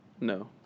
No